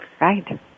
Right